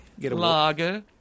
Lager